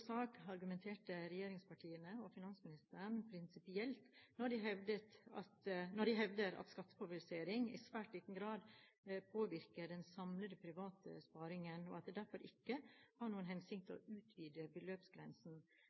sak argumenterer regjeringspartiene og finansministeren prinsipielt når de hevder at skattefavorisering i svært liten grad påvirker den samlede private sparingen, og at det derfor ikke har noen hensikt å utvide beløpsgrensen.